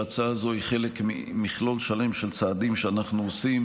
שההצעה הזו היא חלק ממכלול שלם של צעדים שאנחנו עושים